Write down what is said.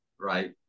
right